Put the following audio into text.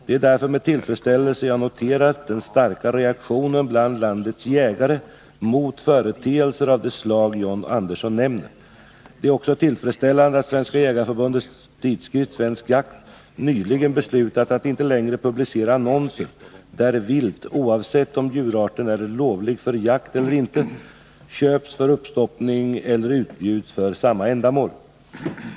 Det är därför med tillfredsställelse jag har noterat den starka reaktionen bland landets jägare mot företeelser av det slag John Andersson nämner. Det är också tillfredsställande att Svenska jägareförbundets tidskrift Svensk Jakt nyligen beslutat att inte längre publicera annonser där vilt— oavsett om djurarten är lovlig för jakt eller inte — köps för uppstoppning eller utbjuds för samma ändamål.